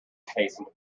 hastened